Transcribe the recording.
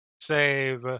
save